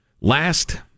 last